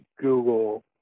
Google